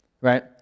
right